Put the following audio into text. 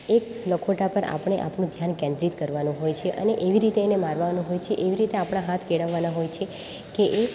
એક લખોટા પર આપણે આપણું ધ્યાન કેન્દ્રિત કરવાનું હોય છે અને એવી રીતે એને મારવાનું હોય છે એવી રીતે આપણા હાથ કેળવવાના હોય છે કે એ